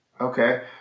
Okay